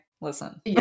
listen